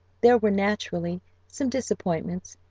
there were naturally some disappointments,